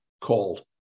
called